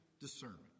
discernment